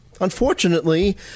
Unfortunately